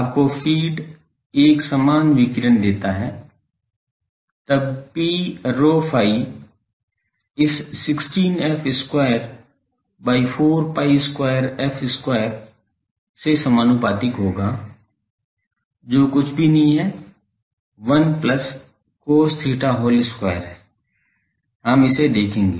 आपको फीड एक समान विकिरण देता है तब P rho phi इस 16f square by 4 phi square f square से आनुपातिक होगा जो कुछ भी नहीं है 1 plus cos theta whole square हैं हम इसे देखेंगे